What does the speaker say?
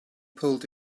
pulled